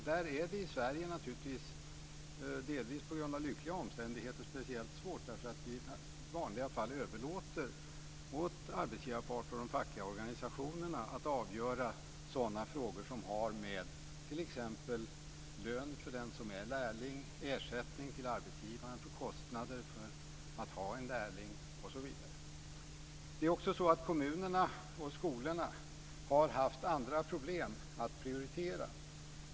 Där är det speciellt svårt i Sverige, delvis på grund av lyckliga omständigheter, därför att vi i vanliga fall överlåter åt arbetsgivarparten och de fackliga organisationerna att avgöra sådana frågor som har att göra med t.ex. lön för den som är lärling, ersättning till arbetsgivaren för kostnader för att ha en lärling osv. Kommunerna och skolorna har också haft andra problem att prioritera.